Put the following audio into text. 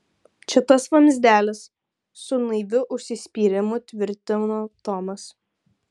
čia tas vamzdelis su naiviu užsispyrimu tvirtino tomas